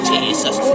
Jesus